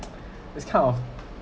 this kind of